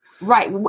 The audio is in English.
Right